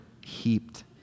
heaped